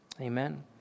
Amen